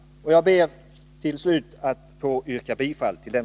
Jag ber till sist att få yrka bifall till den.